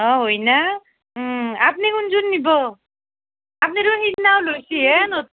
অ হয় না আপুনি কোনযোৰ নিব আপুনিতো সেইদিনাও লৈছে নতুন